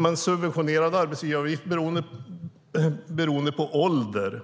Man subventionerar arbetsgivaravgiften beroende på ålder.